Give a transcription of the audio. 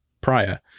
prior